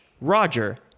Roger